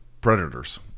predators